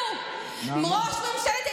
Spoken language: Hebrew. חברת הכנסת נעמה